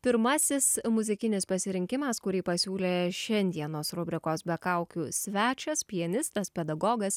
pirmasis muzikinis pasirinkimas kurį pasiūlė šiandienos rubrikos be kaukių svečias pianistas pedagogas